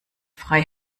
frei